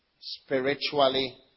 spiritually